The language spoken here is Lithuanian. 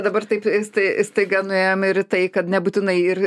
dabar taip tai staiga nuėjome ir į tai kad nebūtinai ir